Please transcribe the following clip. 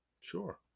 sure